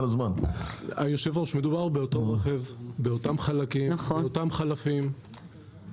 מדובר באותו רכב, באותם חלקים, באותם חלפים.